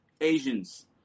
Asians